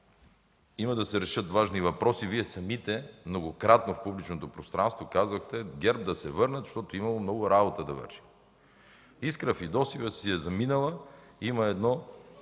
има да се решат важни въпроси. Вие самите многократно в публичното пространство казвахте ГЕРБ да се върнат, защото имало много работа да вършат. Искра Фидосова си е заминала, има едно